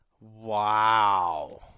Wow